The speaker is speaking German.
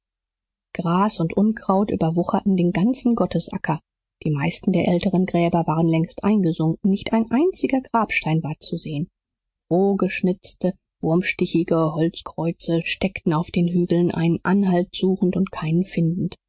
gras und unkraut überwucherten den ganzen gottesacker die meisten der älteren gräber waren längst eingesunken nicht ein einziger grabstein war zu sehen roh geschnitzte wurmstichige holzkreuze steckten auf den hügeln einen anhalt suchend und keinen findend